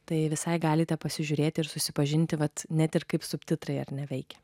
tai visai galite pasižiūrėti ir susipažinti vat net ir kaip subtitrai ar neveikia